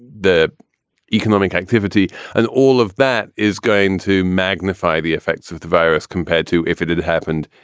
the economic activity and all of that is going to magnify the effects of the virus compared to if it had happened.